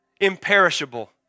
imperishable